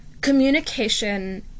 Communication